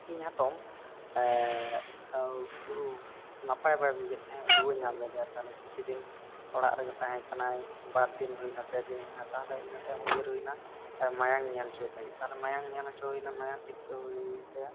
ᱤᱧ ᱦᱟᱛᱚᱢ ᱱᱟᱯᱟᱭ ᱵᱟᱭ ᱵᱩᱡᱽ ᱮᱫ ᱛᱟᱦᱮᱸ ᱨᱩᱣᱟᱹ ᱧᱟᱢ ᱞᱮᱫᱮᱭᱟ ᱛᱟᱦᱚᱞᱮ ᱠᱤᱪᱷᱩ ᱫᱤᱱ ᱚᱲᱟᱜ ᱨᱮ ᱨᱮᱜᱮᱭ ᱛᱟᱦᱮᱸ ᱠᱟᱱᱟᱢ ᱵᱟᱨ ᱫᱤᱱ ᱦᱩᱭ ᱮᱱᱟ ᱯᱮ ᱫᱤᱱ ᱦᱩᱭ ᱮᱱᱟ ᱛᱟᱦᱚᱞᱮ ᱤᱱᱟᱹᱜ ᱛᱮ ᱩᱭᱦᱟᱹᱨ ᱦᱩᱭ ᱮᱱᱟ ᱢᱟᱭᱟᱝ ᱧᱮᱞ ᱚᱪᱚᱭ ᱛᱟᱭ ᱦᱩᱭᱩᱜᱼᱟ ᱛᱟᱦᱚᱞᱮ ᱢᱟᱭᱟᱝ ᱧᱮᱞ ᱦᱚᱪᱚ ᱦᱩᱭ ᱮᱱᱟ ᱢᱟᱭᱟᱝ ᱪᱮᱠ ᱦᱩᱭᱮᱱ ᱛᱟᱭᱟ